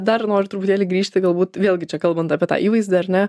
dar noriu truputėlį grįžti galbūt vėlgi čia kalbant apie tą įvaizdį ar ne